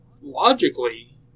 logically